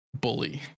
Bully